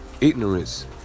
ignorance